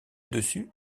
dessus